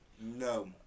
no